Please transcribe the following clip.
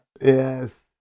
Yes